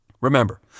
Remember